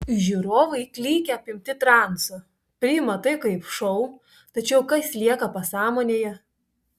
žiūrovai klykia apimti transo priima tai kaip šou tačiau kas lieka pasąmonėje